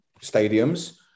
stadiums